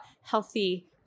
healthy